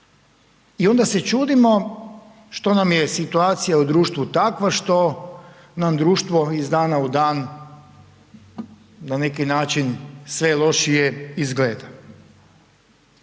I onda se čudimo što nam je situacija u društvu takva, što nam društvo iz dana u dan, na neki način, sve lošije izgleda.